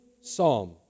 psalm